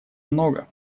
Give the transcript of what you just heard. много